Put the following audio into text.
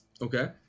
Okay